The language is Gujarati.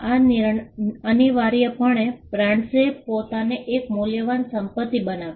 આ અનિવાર્યપણે બ્રાન્ડ્સે પોતાને એક મૂલ્યવાન સંપત્તિ બનાવ્યું